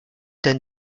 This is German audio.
denn